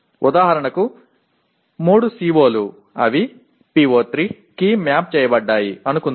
ఉదాహరణకు 3 CO లు అవి PO3 కి మాప్ చేయబడ్డాయి అనుకుందాం